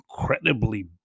incredibly